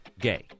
gay